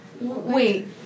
Wait